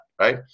right